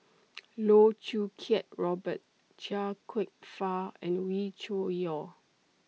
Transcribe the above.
Loh Choo Kiat Robert Chia Kwek Fah and Wee Cho Yaw